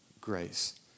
grace